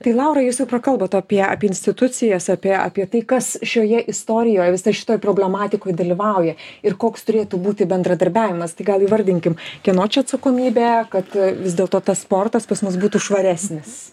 tai laura jūs jau prakalbot apie apie institucijas apie apie tai kas šioje istorijoj visoj šitoj problematikoj dalyvauja ir koks turėtų būti bendradarbiavimas tai gal įvardinkim kieno čia atsakomybė kad vis dėlto tas sportas pas mus būtų švaresnis